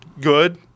good